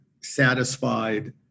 satisfied